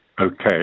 okay